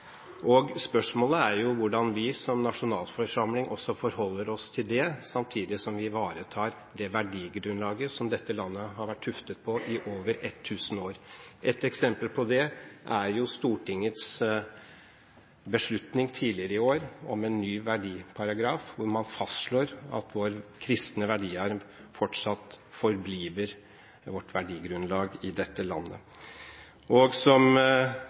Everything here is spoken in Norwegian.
Spørsmålet er hvordan vi som nasjonalforsamling også forholder oss til det, samtidig som vi ivaretar det verdigrunnlaget som dette landet har vært tuftet på i over 1 000 år. Et eksempel på det er Stortingets beslutning tidligere i år om en ny verdiparagraf, hvor man fastslår at vår kristne verdiarv fortsatt «forbliver» vårt verdigrunnlag i dette landet. Som